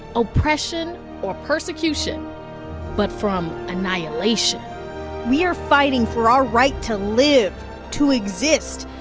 oppression or persecution but from annihilation we are fighting for our right to live to exist.